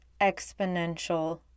exponential